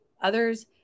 others